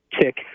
tick